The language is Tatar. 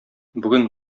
бүген